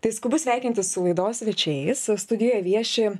tai skubu sveikintis su laidos svečiais studijoj vieši